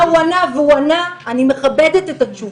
אני מבינה מה הוא ענה, ואני מכבדת את התשובה.